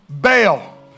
bail